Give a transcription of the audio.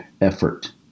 effort